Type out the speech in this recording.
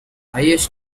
highest